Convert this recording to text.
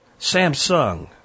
Samsung